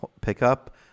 pickup